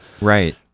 Right